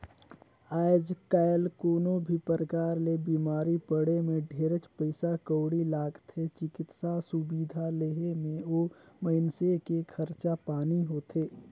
आयज कायल कोनो भी परकार ले बिमारी पड़े मे ढेरेच पइसा कउड़ी लागथे, चिकित्सा सुबिधा लेहे मे ओ मइनसे के खरचा पानी होथे